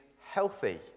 healthy